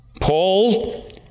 Paul